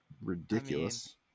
ridiculous